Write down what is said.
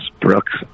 Brooks